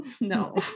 no